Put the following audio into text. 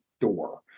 door